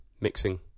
mixing